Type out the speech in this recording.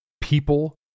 people